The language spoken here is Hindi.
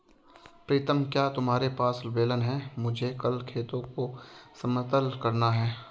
प्रीतम क्या तुम्हारे पास बेलन है मुझे कल खेत को समतल करना है?